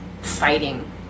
fighting